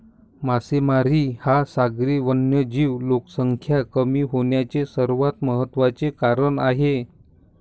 मासेमारी हा सागरी वन्यजीव लोकसंख्या कमी होण्याचे सर्वात महत्त्वाचे कारण आहे